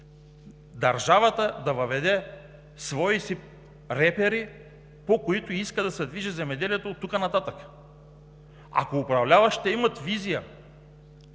държавата да въведе свои репери, по които иска да се движи земеделието оттук нататък. Ако управляващите имат визия,